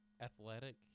athletic